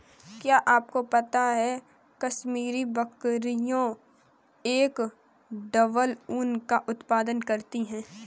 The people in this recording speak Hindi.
क्या आपको पता है कश्मीरी बकरियां एक डबल ऊन का उत्पादन करती हैं?